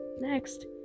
Next